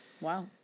Wow